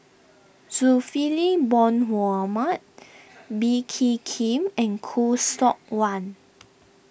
Zulkifli Bin Mohamed Bee Kee Khim and Khoo Seok Wan